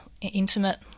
intimate